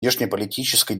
внешнеполитической